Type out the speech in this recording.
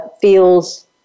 feels